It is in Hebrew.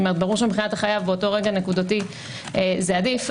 ברור שמבחינת החייב באותו רגע נקודתי זה עדיף,